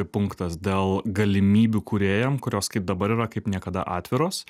punktas dėl galimybių kūrėjam kurios kaip dabar yra kaip niekada atviros